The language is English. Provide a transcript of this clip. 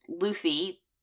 Luffy